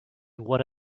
would